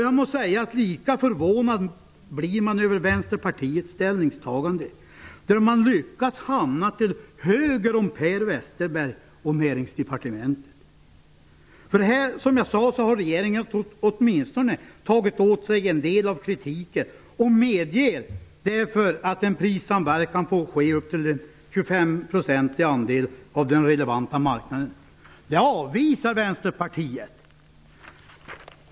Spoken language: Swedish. Jag måste säga att man blir lika förvånad över Vänsterpartiets ställningstagande. Man har lyckats hamna till höger om Per Westerberg på Näringsdepartementet. Som jag sade har regeringen åtminstone tagit åt sig en del av kritiken och medger därför att en prissamverkan får ske upp till en 25-procentig andel av den relevanta marknaden. Det avvisar Vänsterpartiet.